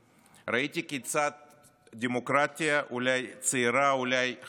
ראיתי כיצד דמוקרטיה, אולי צעירה, אולי חלשה,